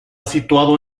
situado